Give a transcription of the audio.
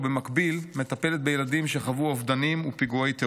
ובמקביל מטפלת בילדים שחוו אובדנים ופיגועי טרור.